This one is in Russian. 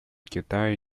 китая